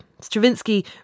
Stravinsky